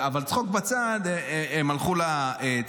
אבל צחוק בצד, הם הלכו לצפון,